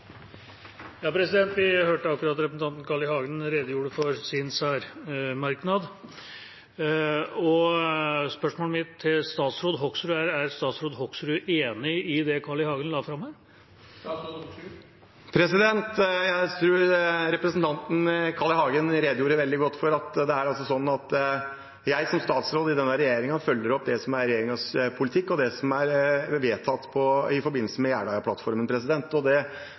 sin særmerknad. Spørsmålet mitt til statsråd Hoksrud er: Er statsråd Hoksrud enig i det Carl I. Hagen la fram her? Jeg tror representanten Carl I. Hagen redegjorde veldig godt for at det er slik at jeg som statsråd i denne regjeringen følger opp det som er regjeringens politikk, og det som er vedtatt i forbindelse med Jeløya-plattformen. Det gjør jeg. Representanten hørte her – det håper jeg i hvert fall – en statsråd som var veldig offensiv og syntes at dette er et viktig og spennende område. Det